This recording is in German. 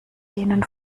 denen